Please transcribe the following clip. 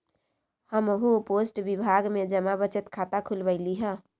हम्हू पोस्ट विभाग में जमा बचत खता खुलवइली ह